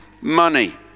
money